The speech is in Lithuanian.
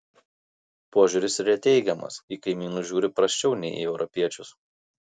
požiūris yra teigiamas į kaimynus žiūri prasčiau nei į europiečius